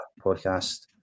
podcast